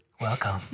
Welcome